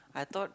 I thought